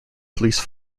police